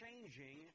changing